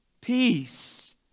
peace